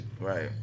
Right